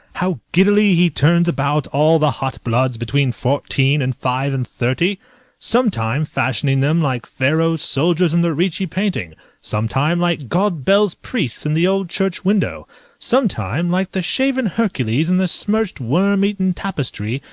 how giddily he turns about all the hot bloods between fourteen and five-and-thirty? sometime fashioning them like pharaoh's soldiers in the reechy painting sometime like god bel's priests in the old church-window sometime like the shaven hercules in the smirched worm-eaten tapestry,